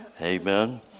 Amen